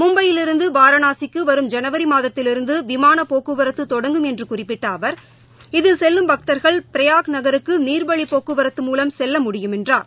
மும்பையிலிருந்து வாரணாசிக்குவரும் ஜனவரிமாதத்திலிருந்துவிமானபோக்குவரத்துதொடங்கும் என்றுகுறிப்பிட்டஅவர் இதில் செல்லும் பக்தர்கள் பிரயாக் நகருக்குநிவழிபோக்குவரத்து மூலம் செல்ல முடியும் என்றார்